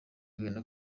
agahinda